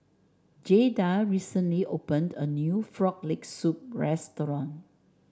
Jaeda recently opened a new Frog Leg Soup restaurant